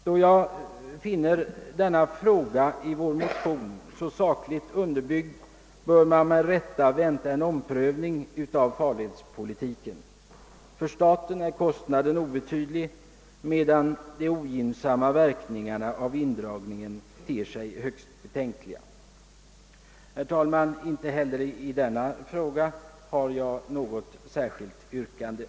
Då argumenten i vår motion är sakligt väl underbyggda, bör man ha rätt att vänta en omprövning av farledspolitiken. För staten är kostnaden obetydlig, medan de ogynnsamma verkningarna av indragningen ter sig högst betänkliga. Herr talman! Inte heller i denna fråga har jag något särskilt yrkande.